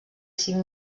cinc